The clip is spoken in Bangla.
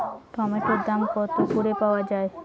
টমেটোর দাম কত করে পাওয়া যায়?